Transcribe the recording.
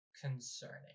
concerning